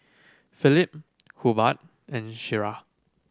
Phillip Hubbard and Shira